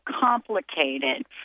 complicated